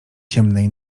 ciemnej